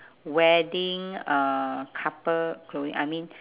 wedding uh couple clothing I mean